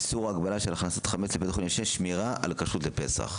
איסור או הגבלה של הכנסת חמץ לבית החולים לשם שמירה על כשרות לפסח.